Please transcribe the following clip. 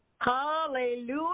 Hallelujah